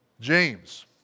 James